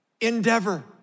endeavor